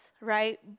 right